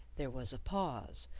there was a pause,